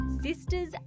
sisters